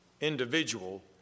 individual